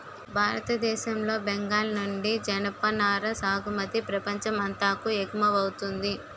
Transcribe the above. భారతదేశం లో బెంగాల్ నుండి జనపనార సాగుమతి ప్రపంచం అంతాకు ఎగువమౌతుంది